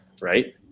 right